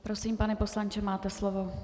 Prosím, pane poslanče, máte slovo.